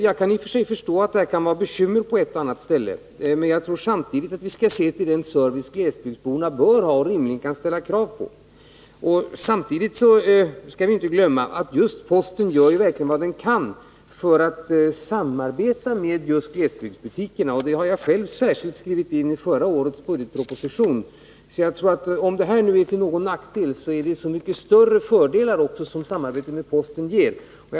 Jag kan i och för sig förstå att postorderförsäljningen kan ställa till bekymmer på ett och annat ställe, men jag tror samtidigt att vi skall se till den service glesbygdsborna bör ha och rimligen kan ställa krav på. Vi skall heller inte glömma att just postverket verkligen gör vad det kan för att samarbeta med glesbygdsbutikerna. Det hade jag själv skrivit i förra årets budgetproposition. Om detta innebär någon nackdel så ger samarbetet med posten så mycket större fördelar.